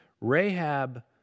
Rahab